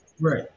right